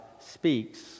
speaks